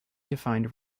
defined